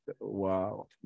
Wow